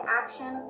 action